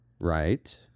Right